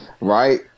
Right